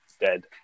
dead